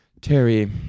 Terry